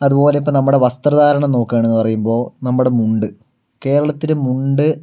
അതുപോലെ ഇപ്പോൾ നമ്മുടെ വസ്ത്രധാരണം നോക്കുകയാണെന്ന് പറയുമ്പോൾ നമ്മുടെ മുണ്ട് കേരളത്തിലെ മുണ്ട്